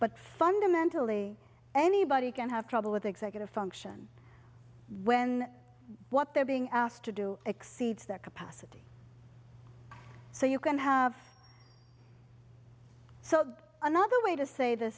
but fundamentally anybody can have trouble with executive function when what they're being asked to do exceeds that capacity so you can have so another way to say th